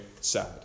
sad